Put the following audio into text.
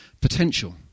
potential